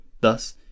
Thus